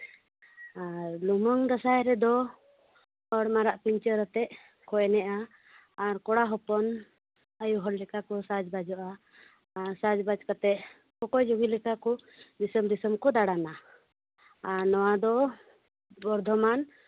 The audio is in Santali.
ᱟᱨ ᱞᱩᱢᱟᱹᱝ ᱫᱟᱸᱥᱟᱭ ᱨᱮᱫᱚ ᱡᱚᱛᱚ ᱦᱚᱲ ᱢᱟᱨᱟᱜ ᱯᱤᱧᱪᱟᱹᱨᱟᱛᱮ ᱠᱚ ᱮᱱᱮᱡᱼᱟ ᱟᱨ ᱠᱚᱲᱟ ᱦᱚᱯᱚᱱ ᱟᱹᱭᱩ ᱦᱚᱲ ᱞᱮᱠᱟ ᱠᱚ ᱥᱟᱡᱽᱼᱵᱟᱡᱚᱜᱼᱟ ᱟᱨ ᱥᱟᱡᱽᱼᱵᱟᱡᱽ ᱠᱟᱛᱮ ᱠᱚᱠᱚᱭ ᱡᱩᱜᱤ ᱞᱮᱠᱟ ᱠᱚ ᱫᱤᱥᱚᱢ ᱫᱤᱥᱚᱢ ᱠᱚ ᱫᱟᱬᱟᱱᱟ ᱟᱨ ᱱᱚᱣᱟ ᱫᱚ ᱵᱚᱨᱫᱷᱚᱢᱟᱱ